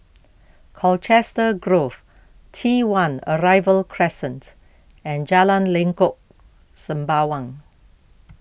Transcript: Colchester Grove T one Arrival Crescent and Jalan Lengkok Sembawang